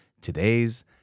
today's